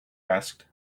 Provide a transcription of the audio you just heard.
asked